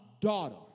daughter